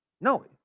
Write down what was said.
No